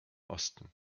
osten